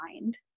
mind